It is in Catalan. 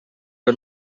que